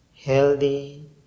healthy